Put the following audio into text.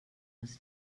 was